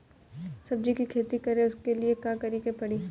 सब्जी की खेती करें उसके लिए का करिके पड़ी?